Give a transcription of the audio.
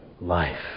life